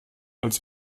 als